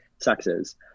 sexes